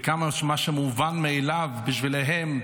כמה מה שמובן מאליו בשבילם,